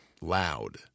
loud